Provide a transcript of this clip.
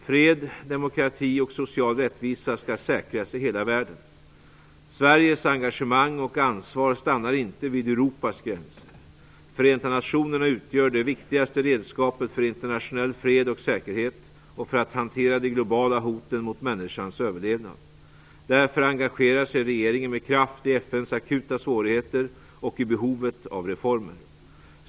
Fred, demokrati och social rättvisa skall säkras i hela världen. Sveriges engagemang och ansvar stannar inte vid Europas gränser. Förenta nationerna utgör det viktigaste redskapet för internationell fred och säkerhet och för att hantera de globala hoten mot människans överlevnad. Därför engagerar sig regeringen med kraft i FN:s akuta svårigheter och i behovet av reformer.